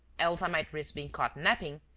else i might risk being caught napping.